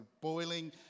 boiling